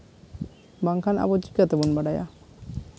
ᱵᱟᱝᱠᱷᱟᱱ ᱟᱵᱚ ᱪᱤᱠᱟᱹ ᱛᱮᱵᱚᱱ ᱵᱟᱲᱟᱭᱟ